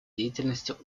деятельности